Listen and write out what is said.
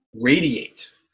radiate